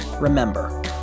Remember